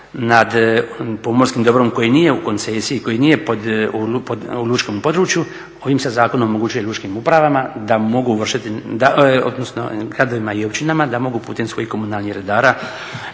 nad pomorskim dobrom koji nije u koncesiji koji nije u lučkom području ovim se zakonom omogućuje lučkim upravama da mogu vršiti, odnosno gradovima i općinama da mogu putem svojih komunalnih redara